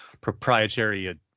proprietary